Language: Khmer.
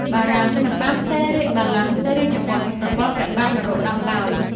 បារាំងមិនបានផ្ទេររាជបល្ល័ង្កទៅរាជបុត្ររបស់ព្រះបាទនរោត្តមឡើយ។